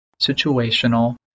situational